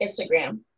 Instagram